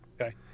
Okay